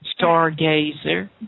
stargazer